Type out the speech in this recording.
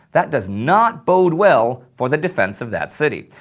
that does not bode well for the defense of that city.